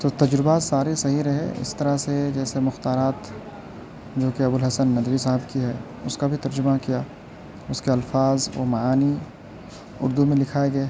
تو تجربہ سارے سہی رہے اس طرح سے جیسے مختارات جو کہ ابوالحسن ندوی صاحب کی ہے اس کا بھی ترجمہ کیا اس کے الفاظ و معانی اردو میں لکھوائے گئے